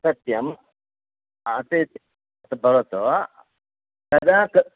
सत्यं ते भवतु तदा क्